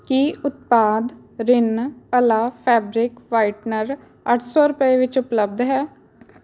ਕੀ ਉਤਪਾਦ Rin Ala fabric whitener ਅੱਠ ਸੌ ਰੁਪਏ ਵਿੱਚ ਉਪਲੱਬਧ ਹੈ